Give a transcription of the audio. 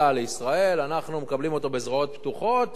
אנחנו מקבלים אותו בזרועות פתוחות ובכיסים מלאים.